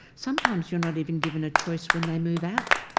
sometimes you're not even given a choice when they move out.